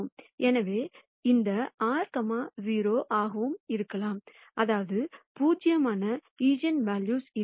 எனவே இந்த r 0 ஆகவும் இருக்கலாம் அதாவது பூஜ்ஜியமான ஈஜென்வெல்யூ இல்லை